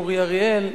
אורי אריאל,